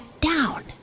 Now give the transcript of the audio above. down